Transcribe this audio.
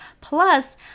Plus